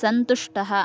सन्तुष्टः